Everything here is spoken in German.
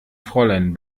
fräulein